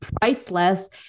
priceless